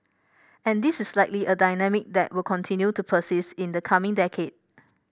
and this is likely a dynamic that will continue to persist in the coming decade